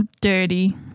dirty